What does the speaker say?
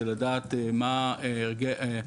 זה לדעת מה ערכי